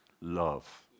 love